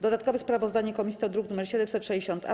Dodatkowe sprawozdanie komisji to druk nr 760-A.